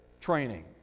training